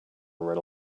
read